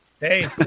Hey